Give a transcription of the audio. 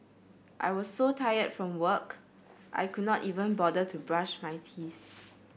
I was so tired from work I could not even bother to brush my teeth